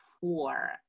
four